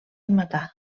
matar